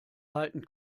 halten